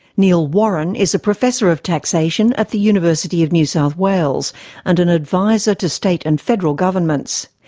neil warren is a professor of taxation at the university of new south wales and an advisor to state and federal governments.